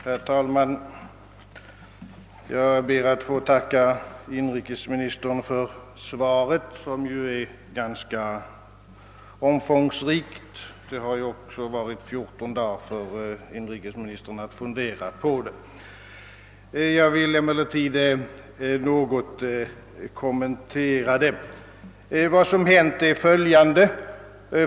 Herr talman! Jag ber att få tacka inrikesministern för svaret, som är ganska omfångsrikt; han har ju också haft fjorton dagar att fundera på det. Jag vill emellertid något kommentera statsrådets svar. Vad som hänt är följande.